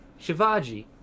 Shivaji